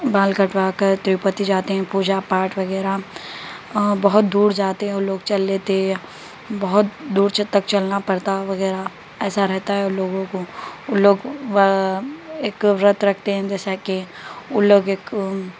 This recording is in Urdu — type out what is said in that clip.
بال کٹوا کر تروپتی جاتے ہیں پوجا پاٹھ وغیرہ بہت دور جاتے ہیں وہ لوگ چلے لیتے بہت دور تک چلنا پڑتا ہے وغیرہ ایسا رہتا ہے ان لوگوں کو ان لوگ ایک ورتھ رکھتے ہیں جیسا کہ ان لوگ ایک